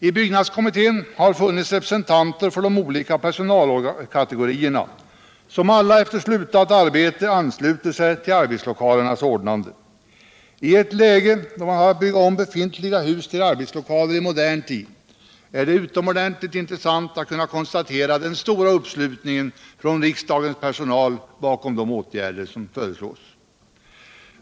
I byggnadskommitén har funnits representanter för de olika personalkategorierna, som alla efter slutat arbete ansluter sig till förslaget om arbetslokalernas ordnande. I ett läge där man har att bygga om befintliga hus till arbetslokaler i modern tid är det utomordentligt intressant att kunna konstatera den stora uppslutningen från riksdagens personal bakom de åtgärder som föreslås.